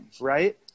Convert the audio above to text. right